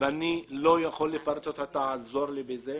ואני לא יכול לפרט אותה תעזור לי בזה